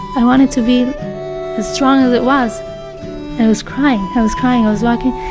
i want it to be as strong as it was i was crying, i was crying, i was walking,